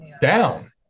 down